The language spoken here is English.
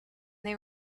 they